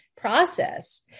process